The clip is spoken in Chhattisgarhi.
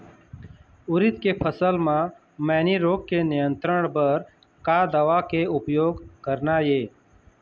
उरीद के फसल म मैनी रोग के नियंत्रण बर का दवा के उपयोग करना ये?